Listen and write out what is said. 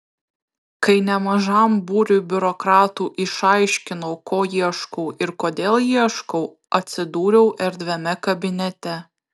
kai nemažam būriui biurokratų išaiškinau ko ieškau ir kodėl ieškau atsidūriau erdviame kabinete